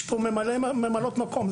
יש כאן ממלאות מקום.